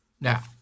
Now